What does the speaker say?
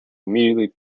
immediately